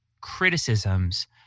criticisms